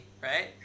right